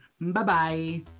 Bye-bye